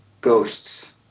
ghosts